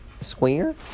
Square